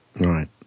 Right